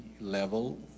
level